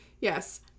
Yes